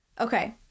Okay